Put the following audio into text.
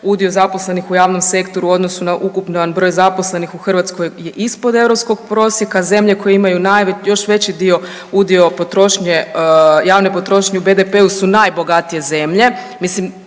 Udio zaposlenih u javnom sektoru u odnosu na ukupan broj zaposlenih u Hrvatskoj je ispod europskog prosjeka, zemlje koje imaju još veći dio, udio potrošnje, javne potrošnje u BDP-u su najbogatije zemlje. Mislim,